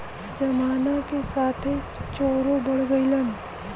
जमाना के साथे चोरो बढ़ गइलन